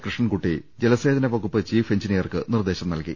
കൃഷ്ണൻകുട്ടി ജലസേചന വകുപ്പ് ചീഫ് എഞ്ചിനീയർക്ക് നിർദ്ദേശം നൽകി